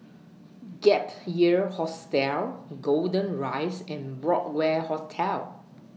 Gap Year Hostel Golden Rise and Broadway Hotel